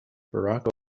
barack